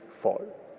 fall